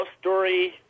story